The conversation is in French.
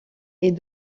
est